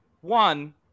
One